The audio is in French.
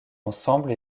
ensemble